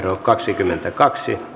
kaksikymmentäkaksi